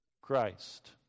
Christ